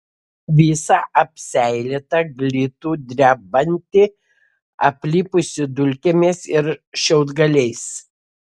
visą apseilėtą glitų drebantį aplipusį dulkėmis ir šiaudgaliais